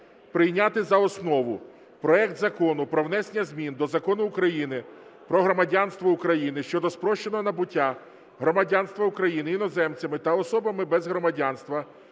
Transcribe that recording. прийняти за основу проект Закону про внесення змін до Закону України "Про громадянство України" щодо спрощеного набуття громадянства України іноземцями та особами без громадянства, які